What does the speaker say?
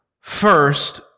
first